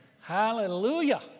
Hallelujah